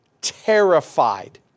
terrified